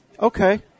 okay